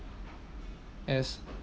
as